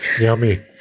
yummy